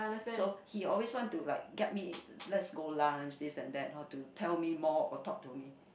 so he always want to like get me let's go lunch this and that to tell me more or talk to me